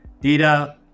data